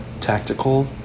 tactical